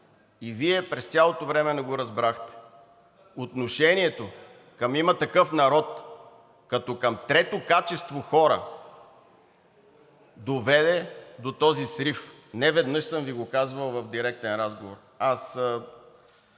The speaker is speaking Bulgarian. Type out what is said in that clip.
и Вие през цялото време не го разбрахте. Отношението към „Има такъв народ“ като към трето качество хора доведе до този срив, неведнъж съм Ви го казвал в директен разговор. Аз